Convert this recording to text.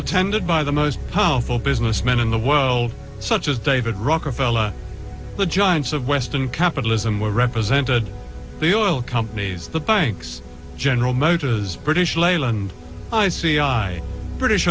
attended by the most powerful businessmen in the world such as david rockefeller the giants of western capitalism were represented the oil companies the banks general motors british leyland i c i british